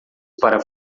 para